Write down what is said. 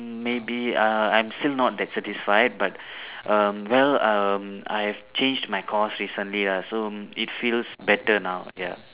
mm maybe uh I'm still not that satisfied but um well um I have changed my course recently lah so it feels better now ya